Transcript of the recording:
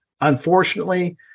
unfortunately